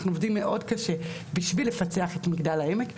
אנחנו עובדים מאוד קשה בשביל לפצח את מגדל העמק,